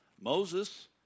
Moses